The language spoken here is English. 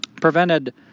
prevented